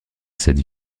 cette